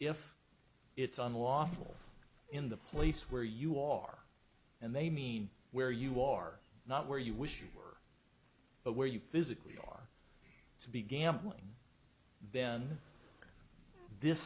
if it's unlawful in the police where you are and they mean where you are not where you wish you were but where you physically are to be gambling then this